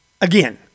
again